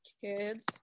Kids